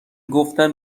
گفتن